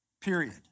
period